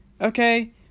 okay